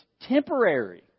temporary